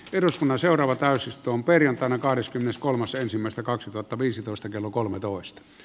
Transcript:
eduskunnan seuraava täysistun perjantaina kahdeskymmeneskolmas ensimmäistä kaksituhattaviisitoista kello kolmetoista